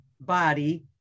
body